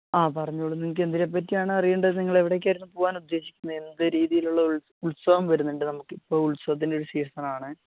ആ പറഞ്ഞോളൂ നിങ്ങൾക്കെന്തിനെപ്പറ്റിയാണ് അറിയേണ്ടത് നിങ്ങളെവിടേക്കായിരുന്നു പോവാനുദ്ദേശിക്കുന്നത് എന്ത് രീതിയിലുള്ള ഉത്സവം വരുന്നുണ്ട് നമുക്കിപ്പോൾ ഉത്സവത്തിൻറ്റെയൊരു സീസണാണ്